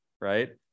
right